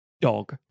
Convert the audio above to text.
dog